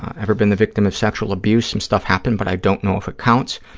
ever been the victim of sexual abuse? some stuff happened, but i don't know if it counts.